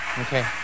Okay